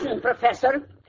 Professor